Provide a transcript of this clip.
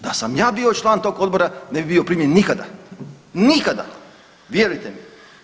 Da sam ja bio član tog odbora ne bi bio primljen nikada, nikada vjerujte mi.